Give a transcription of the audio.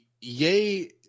yay